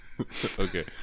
Okay